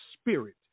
Spirit